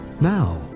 now